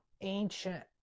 ancient